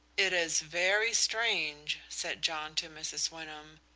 it is very strange, said john to mrs. wyndham.